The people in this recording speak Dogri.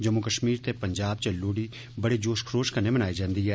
जम्मू कश्मर ते पंजाब च लोहड़ी बड़े जोशो खरोश कन्नै मनाई जंदी ऐ